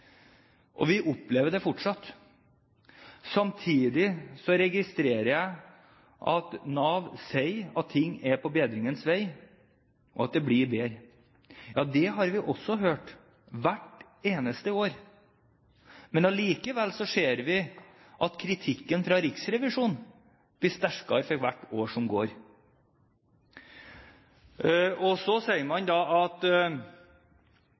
Vi opplever det fortsatt. Samtidig registrerer jeg at Nav sier at ting er på bedringens vei, og at det blir bedre. Ja, det har vi også hørt hvert eneste år, men allikevel ser vi at kritikken fra Riksrevisjonen blir sterkere for hvert år som går. Så sier man at